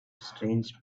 strange